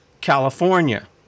California